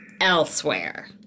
elsewhere